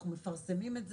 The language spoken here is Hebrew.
אנחנו מפרסמים את זה,